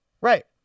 Right